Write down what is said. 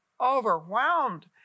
overwhelmed